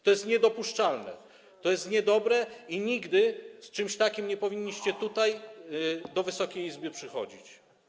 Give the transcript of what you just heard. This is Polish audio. To jest niedopuszczalne, to jest niedobre i nigdy z czymś takim nie powinniście do Wysokiej Izby przychodzić.